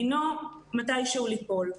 דינו מתי שהוא ליפול.